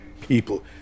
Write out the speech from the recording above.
people